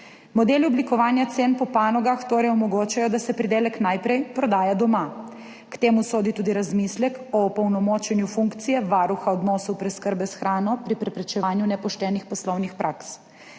Modeli oblikovanja cen po panogah torej omogočajo, da se pridelek najprej prodaja doma. K temu sodi tudi razmislek o opolnomočenju funkcije varuha odnosov preskrbe s hrano pri preprečevanju nepoštenih poslovnih praks.